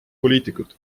poliitikud